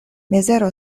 mizero